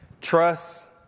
Trust